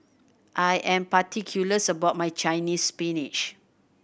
I am particulars about my Chinese Spinach